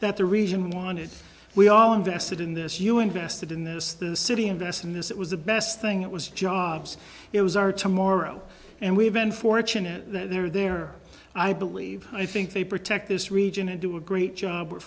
that the region wanted we all invested in this you invested in this the city invest in this it was the best thing it was jobs it was our tomorrow and we've been fortunate they're there i believe i think they protect this region and do a great job we're